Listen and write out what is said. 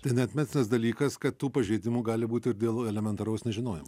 tai neatmestinas dalykas kad tų pažeidimų gali būt ir dėl elementaraus nežinojimo